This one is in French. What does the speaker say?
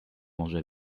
manger